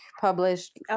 published